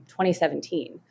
2017